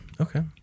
Okay